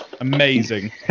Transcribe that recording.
Amazing